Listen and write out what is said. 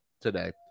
today